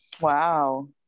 wow